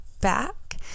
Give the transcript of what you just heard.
back